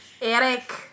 Eric